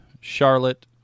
Charlotte